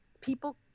people